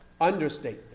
understatement